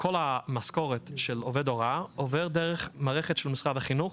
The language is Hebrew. כל המשכורת של עובד הוראה עוברת דרך מערכת של משרד החינוך,